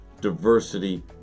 diversity